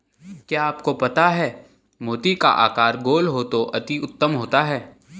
क्या आपको पता है मोती का आकार गोल हो तो अति उत्तम होता है